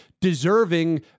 deserving